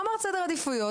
אמרת סדר עדיפויות.